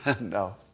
No